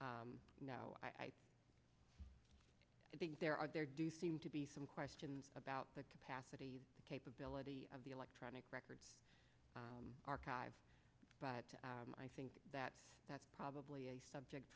no i think there are there do seem to be some questions about the capacity capability of the electronic records archive but i think that that's probably a subject